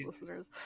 listeners